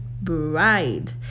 bride